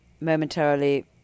momentarily